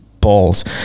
balls